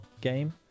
game